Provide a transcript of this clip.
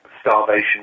starvation